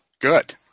Good